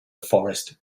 forest